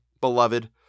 beloved